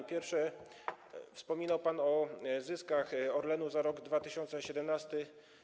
Po pierwsze, wspominał pan o zyskach Orlenu za rok 2017.